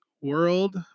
World